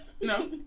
No